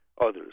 others